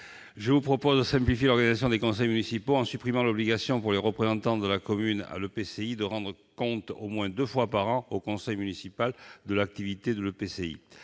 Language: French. Je propose de simplifier l'organisation des conseils municipaux en supprimant l'obligation, pour les représentants de la commune à l'EPCI, de rendre compte au moins deux fois par an au conseil municipal de l'activité de l'EPCI.